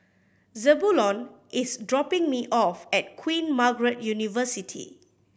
Zebulon is dropping me off at Queen Margaret University